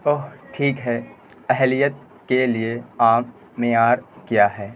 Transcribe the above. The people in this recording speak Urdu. اوہ ٹھیک ہے اہلیت کے لیے عام معیار کیا ہے